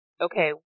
okay